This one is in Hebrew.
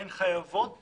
הן חייבות